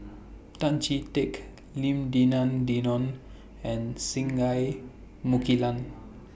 Tan Chee Teck Lim Denan Denon and Singai Mukilan